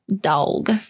dog